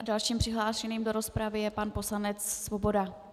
Dalším přihlášeným do rozpravy je pan poslanec Svoboda.